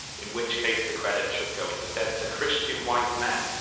in which case the credit should go instead to christian white men,